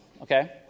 Okay